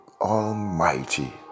Almighty